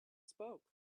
spoke